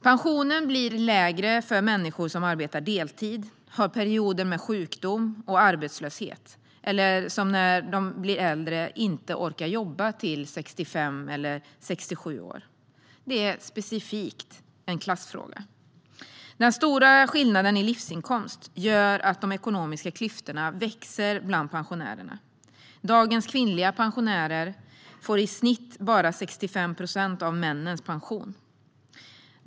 Pensionen blir lägre för människor som arbetar deltid, som har perioder med sjukdom och arbetslöshet eller som, när de blir äldre, inte orkar jobba till 65 eller 67 års ålder. Detta är specifikt en klassfråga. Den stora skillnaden i livsinkomst gör att de ekonomiska klyftorna växer bland pensionärerna. Dagens kvinnliga pensionärer får i snitt bara 65 procent av männens pension.